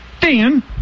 Dan